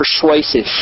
persuasive